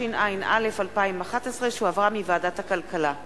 התשע"א 2011, שהחזירה ועדת הכלכלה.